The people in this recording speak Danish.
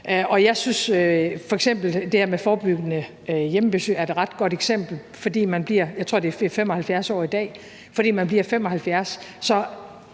det her med forebyggende hjemmebesøg er et ret godt eksempel, for fordi man bliver, jeg